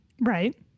Right